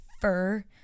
Fur